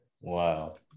Wow